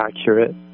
accurate